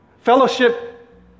Fellowship